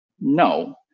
No